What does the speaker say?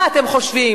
מה אתם חושבים,